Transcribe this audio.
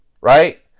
Right